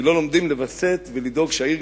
כי לא לומדים לווסת ולדאוג שהעיר,